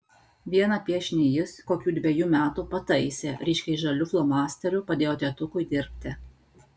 vieną piešinį jis kokių dvejų metų pataisė ryškiai žaliu flomasteriu padėjo tėtukui dirbti